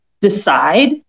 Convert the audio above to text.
decide